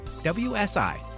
WSI